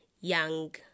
young